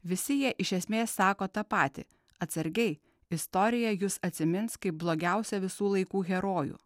visi jie iš esmės sako tą patį atsargiai istorija jus atsimins kaip blogiausią visų laikų herojų